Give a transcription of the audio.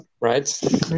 right